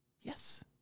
Yes